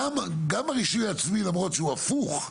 גם הרישוי העצמי, למרות שהוא הפוך,